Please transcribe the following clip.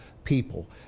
people